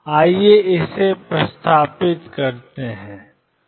आइए इसे प्रतिस्थापित करें